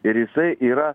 ir jisai yra